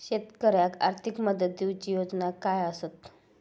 शेतकऱ्याक आर्थिक मदत देऊची योजना काय आसत?